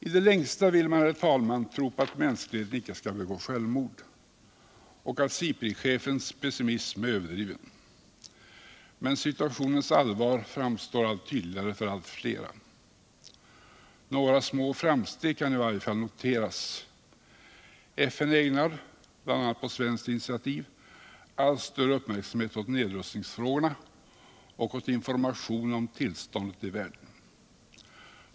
I det längsta vill man, herr talman, tro på att mänskligheten icke skall begå självmord och att SIPRI-chefens pessimism är överdriven. Men situationens allvar framstår allt tydligare för allt flera. Några små framsteg kan 1 varje fall noteras. FN ägnar, bl.a. på svenskt initiativ, allt större uppmärksamhet åt nedrustningsfrågorna och ät information om tillståndet i världen.